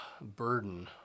burden